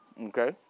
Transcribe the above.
Okay